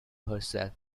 herself